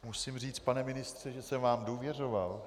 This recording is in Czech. Musím říct, pane ministře, že jsem vám důvěřoval.